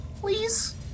Please